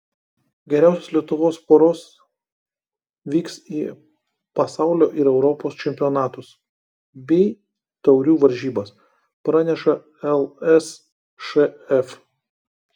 geriausios lietuvos poros vyks į pasaulio ir europos čempionatus bei taurių varžybas praneša lsšf